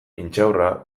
intxaurra